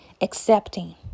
accepting